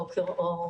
בוקר אור.